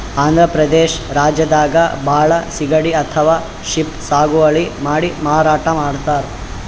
ಆಂಧ್ರ ಪ್ರದೇಶ್ ರಾಜ್ಯದಾಗ್ ಭಾಳ್ ಸಿಗಡಿ ಅಥವಾ ಶ್ರೀಮ್ಪ್ ಸಾಗುವಳಿ ಮಾಡಿ ಮಾರಾಟ್ ಮಾಡ್ತರ್